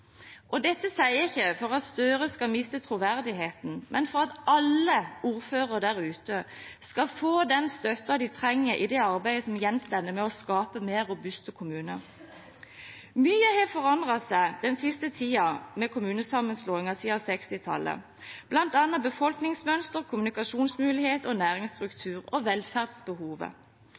nødvendig. Dette sier jeg ikke for at Gahr Støre skal miste troverdigheten, men for at alle ordførere der ute skal få den støtten de trenger i det arbeidet som gjenstår med å skape mer robuste kommuner. Mye har forandret seg den siste tiden med kommunesammenslåingen siden 1960-tallet, bl.a. befolkningsmønster, kommunikasjonsmuligheter, næringsstruktur og velferdsbehovet.